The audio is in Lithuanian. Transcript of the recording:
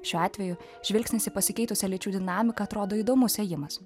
šiuo atveju žvilgsnis į pasikeitusią lyčių dinamiką atrodo įdomus ėjimas